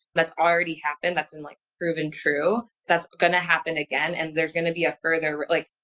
that's already happened. that's been like proven true. that's going to happen again. and there's going to be a further like,